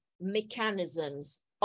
mechanisms